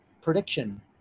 prediction